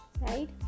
right